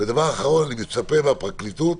אני מצפה מהפרקליטות